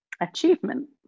achievement